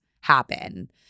happen